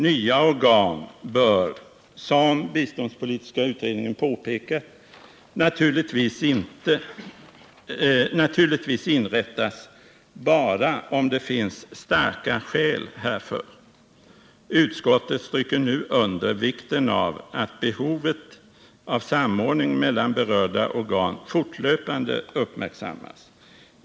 Nya organ bör, som biståndspolitiska utredningen påpekar, naturligtvis inrättas bara om det finns starka skäl härför. Utskottet stryker nu under vikten av att behovet av samordning mellan berörda organ fortlöpande uppmärksammas.